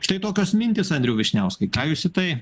štai tokios mintys andriau vyšniauskai ką jūs į tai